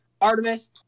Artemis